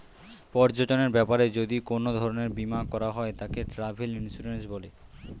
পর্যটনের ব্যাপারে যদি কোন ধরণের বীমা করা হয় তাকে ট্র্যাভেল ইন্সুরেন্স বলে